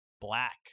Black